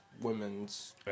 women's